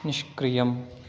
निष्क्रियम्